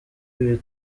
ibi